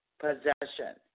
possession